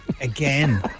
again